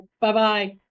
Bye-bye